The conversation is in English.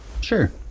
Sure